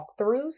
walkthroughs